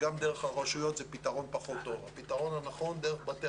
זה שאתה אומר לא, אז אני לא רוצה להתייחס.